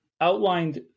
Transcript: outlined